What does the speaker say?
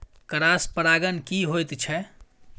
Cross परागण की होयत छै?